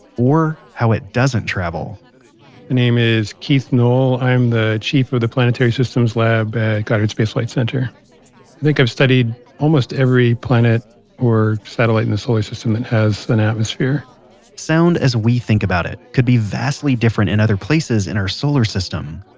or how it doesn't travel my name is keith noll. i am the chief of the planetary systems lab at goddard space flight center. i think i've studied almost every planet or satellite in the solar system that and has an atmosphere sound as we think about it could be vastly different in other places in our solar system.